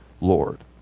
Lord